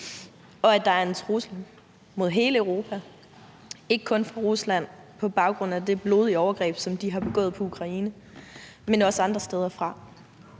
og at der er en trussel mod hele Europa – ikke kun fra Rusland, på baggrund af det blodige overgreb, som russerne har begået mod Ukraine, men også andre steder fra.